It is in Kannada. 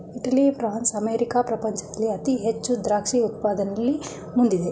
ಇಟಲಿ, ಫ್ರಾನ್ಸ್, ಅಮೇರಿಕಾ ಪ್ರಪಂಚದಲ್ಲಿ ಅತಿ ಹೆಚ್ಚು ದ್ರಾಕ್ಷಿ ಉತ್ಪಾದನೆಯಲ್ಲಿ ಮುಂದಿದೆ